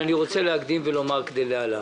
אבל אני רוצה להקדים ולומר כדלהלן: